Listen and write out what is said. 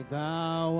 Thou